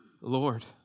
Lord